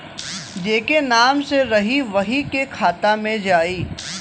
जेके नाम से रही वही के खाता मे जाई